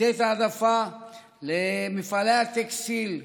למתן העדפה למפעלי הטקסטיל,